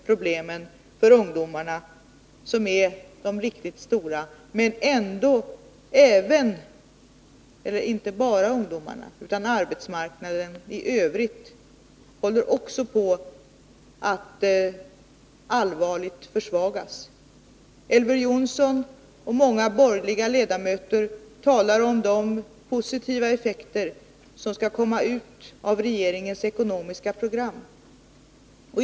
Problemen för ungdomarna är de riktigt stora, men arbetsmarknaden i övrigt håller också på att allvarligt försvagas. Elver Jonsson och många andra borgerliga ledamöter talar om de positiva effekter som regeringens ekonomiska program kommer att få.